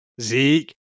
Zeke